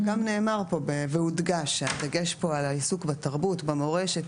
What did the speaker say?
גם נאמר שהדגש פה הוא על העיסוק בתרבות ובמורשת,